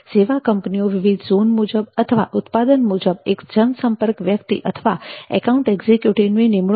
સેવા કંપનીઓ વિવિધ ઝોન મુજબ અથવા ઉત્પાદન મુજબ એક જનસંપર્ક વ્યક્તિ અથવા એકાઉન્ટ એક્ઝિક્યુટિવની નિમણુક કરે છે